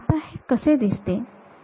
तर आता हे कसे दिसते